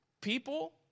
people